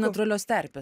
natūralios terpės